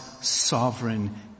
sovereign